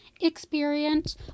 experience